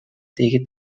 tegen